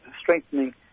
strengthening